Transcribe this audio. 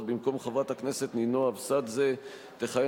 תודה.